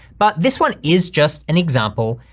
but this one is just an example.